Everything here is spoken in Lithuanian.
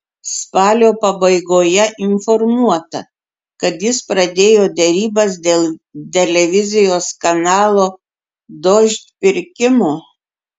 spalio pabaigoje informuota kad jis pradėjo derybas dėl televizijos kanalo dožd pirkimo